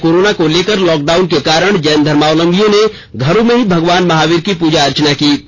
वहीं कोरोना को लेकर लॉकडाउन के कारण जैन धर्मावलंबियों ने घरों में ही भगवान महावीर की पूजा अर्चना की